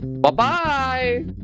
Bye-bye